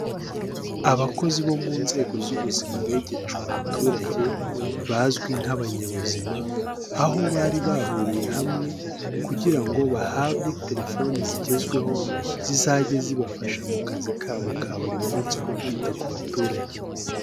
Abakozi bo mu nzego z'ubuzima begerejwe abaturage bazwi nk'abanyabuzima, aho bari bahuriye hamwe kugira ngo bahabwe telefoni zigezweho, zizajye zibafasha mu kazi kabo ka buri munsi ko kwita ku baturage.